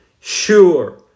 sure